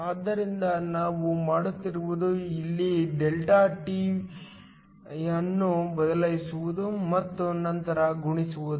ಆದ್ದರಿಂದ ನಾವು ಮಾಡುತ್ತಿರುವುದು ಇಲ್ಲಿ ΔT ಅನ್ನು ಬದಲಿಸುವುದು ಮತ್ತು ನಂತರ ಗುಣಿಸುವುದು